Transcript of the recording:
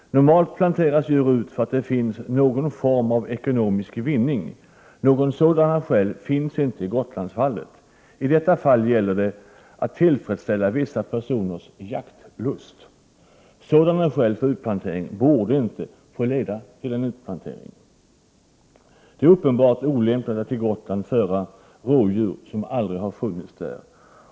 Normalt planteras djur ut för att det finns någon form av ekonomisk vinning. Några sådana skäl finns inte i Gotlandsfallet. Där gäller det att tillfredsställa vissa personers jaktlust. Sådana skäl borde inte få leda till en utplantering. Det är uppenbart olämpligt att till Gotland föra rådjur som aldrig har funnits där.